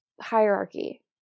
hierarchy